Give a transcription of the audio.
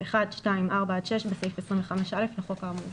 התש"ף-2020 (להלן חוק סמכויות מיוחדות).